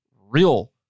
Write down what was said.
real